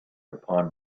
upon